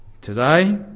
Today